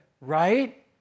right